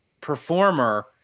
performer